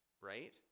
Right